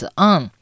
on